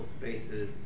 spaces